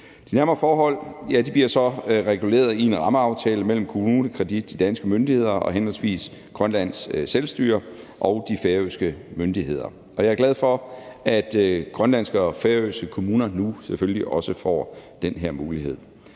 De nærmere forhold bliver så reguleret i en rammeaftale mellem KommuneKredit, de danske myndigheder og henholdsvis Grønlands selvstyre og de færøske myndigheder. Jeg er glad for, at grønlandske og færøske kommuner nu selvfølgelig også får den her mulighed.